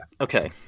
Okay